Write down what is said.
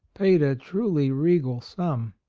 paid a truly regal sum.